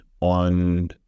On